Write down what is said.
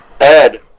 Ed